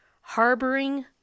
harboring